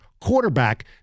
quarterback